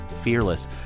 Fearless